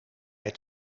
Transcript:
het